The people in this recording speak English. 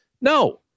No